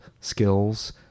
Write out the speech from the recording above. skills